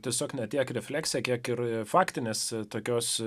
tiesiog ne tiek refleksiją kiek ir faktinės tokios